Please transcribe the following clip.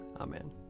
Amen